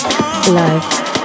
life